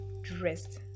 dressed